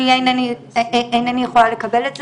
אינני יכולה לקבל את זה.